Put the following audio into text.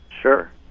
Sure